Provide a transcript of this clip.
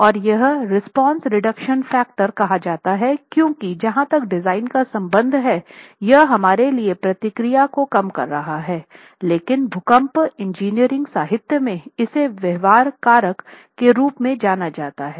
और यह response reduction factor कहा जाता है क्योंकि जहां तक डिजाइन का संबंध है यह हमारे लिए प्रतिक्रिया को कम कर रहा है लेकिन भूकंप इंजीनियरिंग साहित्य में इसे व्यवहार कारक के रूप में जाना जाता है